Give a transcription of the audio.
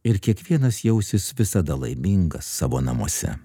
ir kiekvienas jausis visada laimingas savo namuose